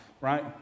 right